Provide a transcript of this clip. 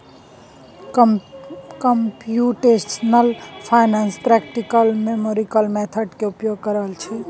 computational finance practical numerical method के उपयोग करइ छइ